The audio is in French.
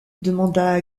demanda